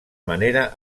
manera